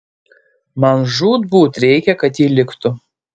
man žūtbūt reikia kad ji liktų